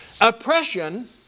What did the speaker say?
Oppression